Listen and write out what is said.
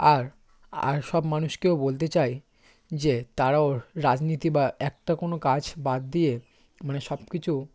আর আর সব মানুষকেও বলতে চাই যে তারাও রাজনীতি বা একটা কোনো কাজ বাদ দিয়ে মানে সব কিছু